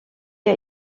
ihr